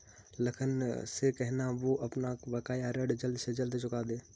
लखन से कहना, वो अपना बकाया ऋण जल्द से जल्द चुका दे